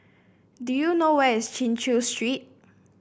do you know where is Chin Chew Street